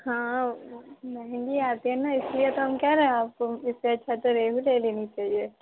ہاں وہ مہنگی آتی ہے نہ اس لیے تو ہم کہہ رہے ہیں آپ کو اس سے اچھا تو ریہ و لے لینی چاہیے